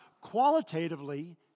qualitatively